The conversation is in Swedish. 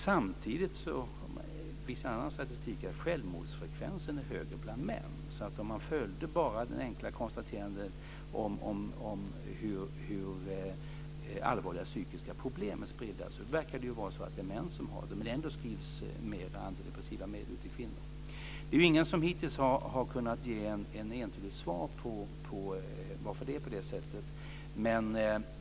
Samtidigt visar annan statistik att självmordsfrekvensen är högre bland män. Om man bara följer det enkla konstaterandet om hur allvarliga psykiska problem är spridda, verkar det vara män. Ändå skrivs antidepressiva medel ut mer till kvinnor. Det är ingen som hittills har kunnat ge ett entydigt svar på varför det är så.